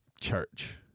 Church